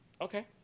Okay